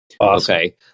Okay